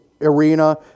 arena